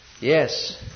Yes